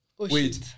Wait